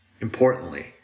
Importantly